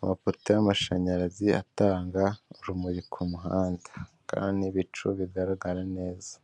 amapoto y'amashanyarazi atanga urumuri ku muhanda hakaba hari n'ibicu bigaragara neza.